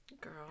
Girl